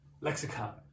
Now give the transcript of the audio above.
Lexicon